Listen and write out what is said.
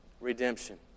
redemption